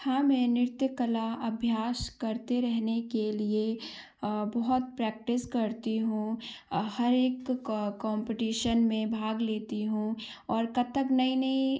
हाँ मैं नृत्यकला अभ्यास करते रहने के लिए अ बहुत प्रैक्टिस करती हूँ अ हर एक कम्पटीशन में भाग लेती हूँ और कत्थक नई नई